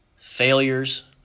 failures